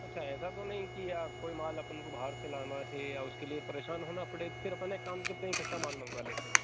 अच्छा ऐसा तो नहीं है कि आप कोई माल अपन को बाहर से लाना है या उसके लिए परेशान होना पड़े फिर अपन एक काम करते हैं इकट्ठा माल मंगवा लेते हैं